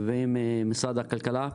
ועם משרד הכלכלה.